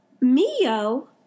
Mio